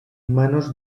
manos